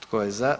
Tko je za?